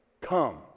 come